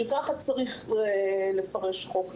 שככה צריך לפרש חוק רגולטורי.